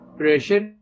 pressure